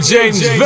James